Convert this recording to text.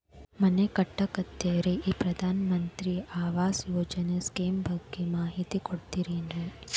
ಮನಿ ಕಟ್ಟಕತೇವಿ ರಿ ಈ ಪ್ರಧಾನ ಮಂತ್ರಿ ಆವಾಸ್ ಯೋಜನೆ ಸ್ಕೇಮ್ ಬಗ್ಗೆ ಮಾಹಿತಿ ಕೊಡ್ತೇರೆನ್ರಿ?